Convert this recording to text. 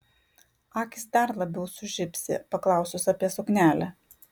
akys dar labiau sužibsi paklausus apie suknelę